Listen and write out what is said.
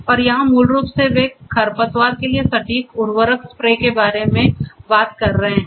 और यहां मूल रूप से वे खरपतवार के लिए सटीक उर्वरक स्प्रे के बारे में बात कर रहे हैं